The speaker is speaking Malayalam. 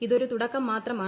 ഇതൊരു തുടക്കം മാത്രമാണ്